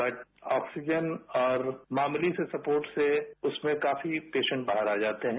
but oxygen और मामूली से सपोर्ट से उसमें काफी पेसेंट बाहर आ जाते हैं